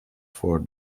for